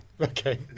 Okay